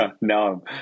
No